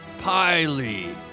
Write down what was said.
Piley